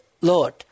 Lord